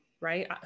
right